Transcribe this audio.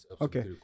okay